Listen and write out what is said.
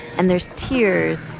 and there's tears.